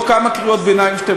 איפה אקוניס,